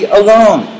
alone